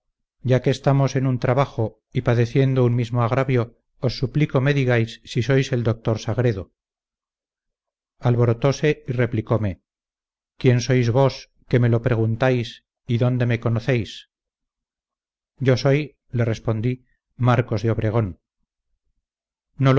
ya que estamos en un trabajo y padeciendo un mismo agravio os suplico me digáis si sois el doctor sagredo alborotose y replicome quién sois vos que me lo preguntáis y dónde me conocisteis yo soy le respondí marcos de obregón no lo